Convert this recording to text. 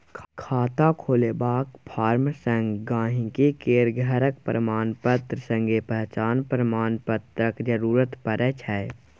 खाता खोलबाक फार्म संग गांहिकी केर घरक प्रमाणपत्र संगे पहचान प्रमाण पत्रक जरुरत परै छै